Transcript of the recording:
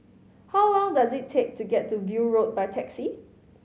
how long does it take to get to View Road by taxi